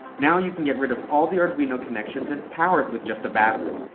now you can get rid of all the arduino connections and power it with just a battery.